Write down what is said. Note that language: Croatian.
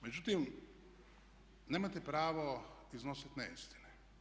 Međutim, nemate pravo iznositi neistine.